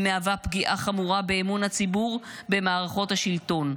היא מהווה פגיעה חמורה באמון הציבור במערכות השלטון,